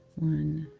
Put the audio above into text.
one.